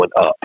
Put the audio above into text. up